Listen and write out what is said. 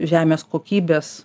žemės kokybės